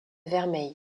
vermeil